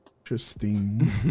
Interesting